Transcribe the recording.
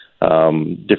Different